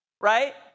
right